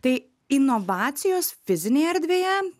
tai inovacijos fizinėj erdvėje